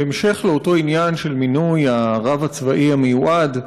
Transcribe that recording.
בהמשך לאותו עניין של מינוי הרב הצבאי המיועד,